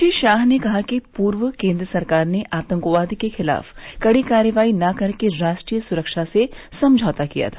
श्री शाह ने कहा कि पूर्व केन्द्र सरकार ने आतंकवाद के खिलाफ कड़ी कार्रवाई न कर के राष्ट्रीय सुरक्षा से समझौता किया था